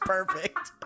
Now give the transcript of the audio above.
Perfect